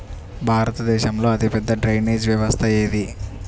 భారతదేశంలో అతిపెద్ద డ్రైనేజీ వ్యవస్థ ఏది?